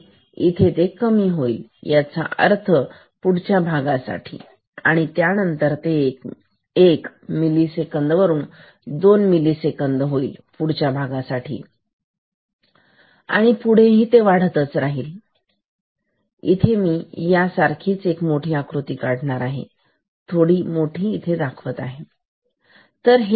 तर इथे हे कमी आहे याचा अर्थ फक्त एवढ्या भागासाठी आणि त्यानंतर ते एक मिली सेकंद वरून दोन मिलीसेकंद होईल या भागासाठी आणि पुढे हे असेच वाढत राहील तर इथे मी यासारखीच एक मोठी आकृती काढणार थोडी मोठी इथे काढत आहे